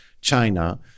China